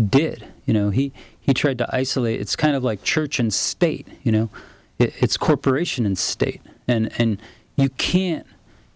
did you know he he tried to isolate it's kind of like church and state you know it's corporation and state and you can't